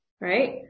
Right